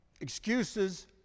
excuses